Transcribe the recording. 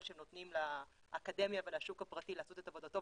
שנותנים לאקדמיה ולשוק הפרטי לעשות את עבודתו,